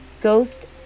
ghost